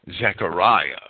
Zechariah